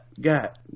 got